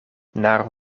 naar